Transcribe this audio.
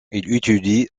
étudie